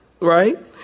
right